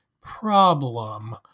problem